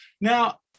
Now